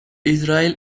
israel